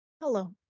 Hello